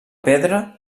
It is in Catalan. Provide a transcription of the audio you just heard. pedra